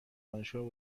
دانشگاه